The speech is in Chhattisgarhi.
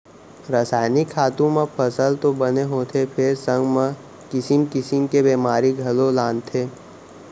रसायनिक खातू म फसल तो बने होथे फेर संग म किसिम किसिम के बेमारी घलौ लानथे